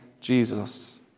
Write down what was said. Jesus